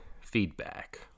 feedback